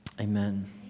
amen